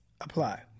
apply